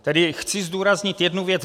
Tedy chci zdůraznit jednu věc.